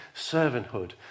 servanthood